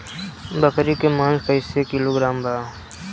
बकरी के मांस कईसे किलोग्राम बा?